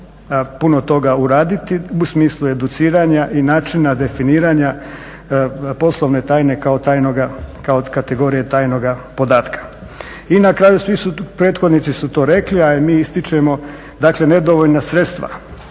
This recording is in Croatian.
puno toga uraditi u smislu educiranja i načina definiranja poslovne tajne kao kategorije tajnog podatka. I na kraju, svi prethodnici su to rekli a i mi ističemo nedovoljna sredstva